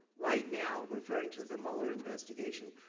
right now, referring to the mueller investigation,